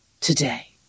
today